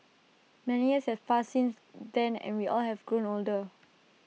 many years have passed since then and we all have grown older